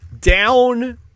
Down